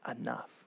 enough